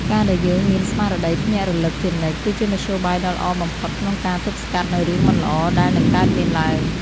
ការដែលយើងមានស្មារតីភ្ញាក់រលឹកជានិច្ច គឺជាមធ្យោបាយដ៏ល្អបំផុតក្នុងការទប់ស្កាត់នូវរឿងមិនល្អដែលនឹងកើតមានឡើង។